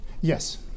Yes